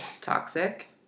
toxic